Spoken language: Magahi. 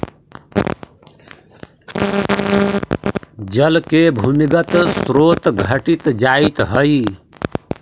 जल के भूमिगत स्रोत घटित जाइत हई